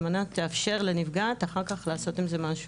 על מנת לאפשר לנפגעת אחר כך לעשות עם זה משהו.